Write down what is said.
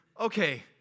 okay